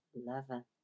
lover